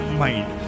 mind